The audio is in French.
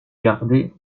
garder